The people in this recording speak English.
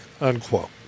unquote